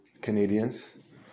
Canadians